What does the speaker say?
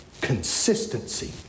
Consistency